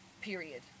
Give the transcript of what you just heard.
Period